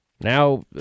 Now